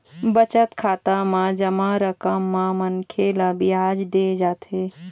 बचत खाता म जमा रकम म मनखे ल बियाज दे जाथे